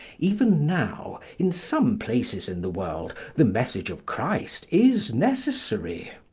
even now, in some places in the world, the message of christ is necessary.